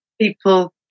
people